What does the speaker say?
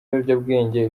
ibiyobyabwenge